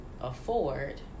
afford